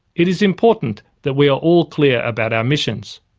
it is important that we are all clear about our missions.